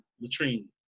Latrine